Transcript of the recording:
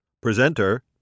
Presenter